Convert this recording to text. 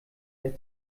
der